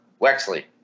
Wexley